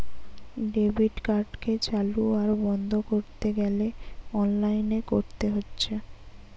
debit কার্ডকে চালু আর বন্ধ কোরতে গ্যালে অনলাইনে কোরতে হচ্ছে